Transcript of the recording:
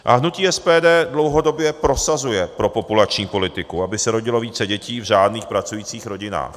Hnutí SPD dlouhodobě prosazuje propopulační politiku, aby se rodilo více dětí v řádných pracujících rodinách.